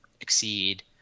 Exceed